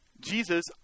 Jesus